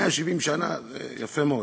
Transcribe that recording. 170 שנה זה יפה מאוד.